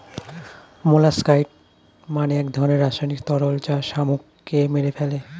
molluscicide মানে এক ধরনের রাসায়নিক তরল যা শামুককে মেরে ফেলে